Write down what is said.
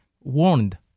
warned